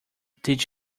did